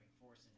force